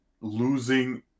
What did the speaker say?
losing